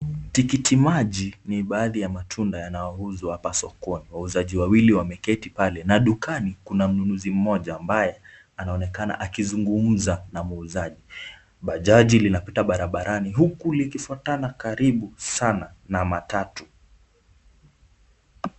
Tikiti maji ni baadhi ya matunda yanayouzwa hapa sokoni. Wauzaji wawili wameketi pale na dukani kuna mnunuzi mmoja ambaye anaonekana akizungumza na muuzaji. Bajaji linapita barabarani huku likifuatana karibu sana na matatu.